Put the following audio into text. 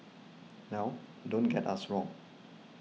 now don't get us wrong